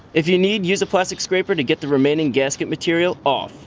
if you need, use a plastic scraper to get the remaining gasket material off,